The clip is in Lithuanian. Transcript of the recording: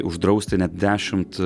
uždrausti net dešimt